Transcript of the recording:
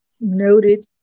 noted